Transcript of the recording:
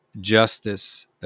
justice